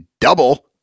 double